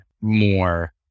more